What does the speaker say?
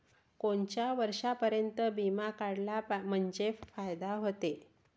कोनच्या वर्षापर्यंत बिमा काढला म्हंजे फायदा व्हते?